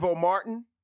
Martin